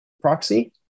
proxy